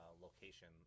location